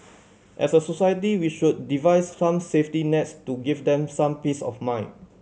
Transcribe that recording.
as a society we should devise some safety nets to give them some peace of mind